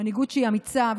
מנהיגות אמיצה,